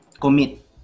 Commit